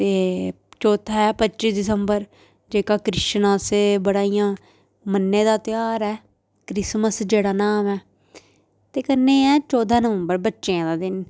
ते चौथा ऐ पच्ची दिसंबर जेह्का क्रिस्टन अस बड़ा इयां मन्ने दा त्योहार ऐ क्रिसमस जेह्ड़ा नाम ऐ ते कन्नै ऐ चौदां नवंबर बच्चें दा दिन